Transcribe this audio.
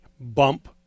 bump